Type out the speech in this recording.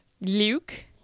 Luke